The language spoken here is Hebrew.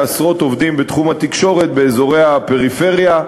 לעשרות עובדים בתחום התקשורת באזורי הפריפריה,